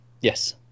Yes